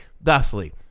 thusly